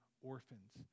orphans